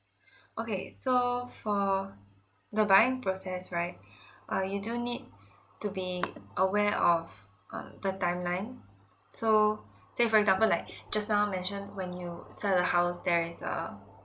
okay so for the buying process right uh you do need to be aware of um the timeline so say for example like just now mentioned when you sell a house there is a